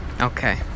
Okay